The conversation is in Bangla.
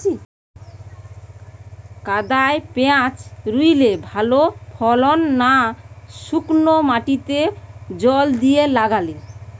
কাদায় পেঁয়াজ রুইলে ভালো ফলন না শুক্নো মাটিতে জল দিয়ে লাগালে?